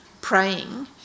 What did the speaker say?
praying